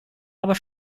aber